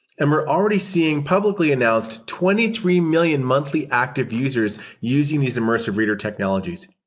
and we're already seeing publicly announced twenty three million monthly active users using these immersive reader technologies.